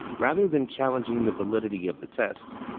rather than challenging the validity of the test,